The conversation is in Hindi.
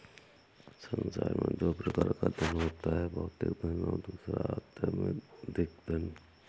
संसार में दो प्रकार का धन होता है भौतिक धन और दूसरा आध्यात्मिक धन